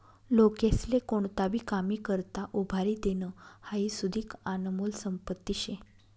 लोकेस्ले कोणताही कामी करता उभारी देनं हाई सुदीक आनमोल संपत्ती शे